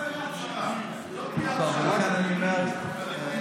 אני קורא